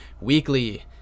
weekly